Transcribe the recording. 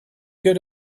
good